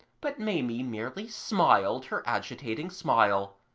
but maimie merely smiled her agitating smile.